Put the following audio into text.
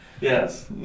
Yes